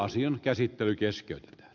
asian käsittely keskeytetään